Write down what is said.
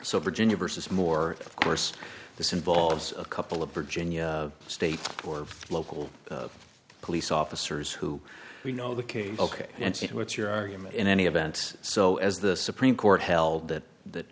so virginia versus more of course this involves a couple of virginia state or local police officers who we know the case ok and what's your argument in any event so as the supreme court held that that